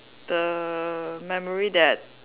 the memory that